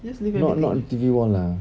just leave it on the thing